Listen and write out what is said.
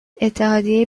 اتحادیه